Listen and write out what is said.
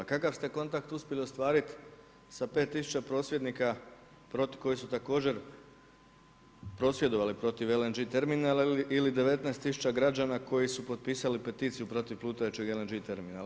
Kakav ste kontakt uspjeli ostvarit sa 5000 prosvjednika koji su također prosvjedovali protiv LNG terminala ili 19 000 građana koji su potpisali peticiju protiv plutajućeg LNG terminala?